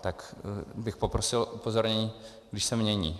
Tak bych poprosil upozornění, když se mění.